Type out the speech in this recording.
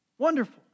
Wonderful